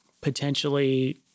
potentially